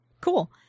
cool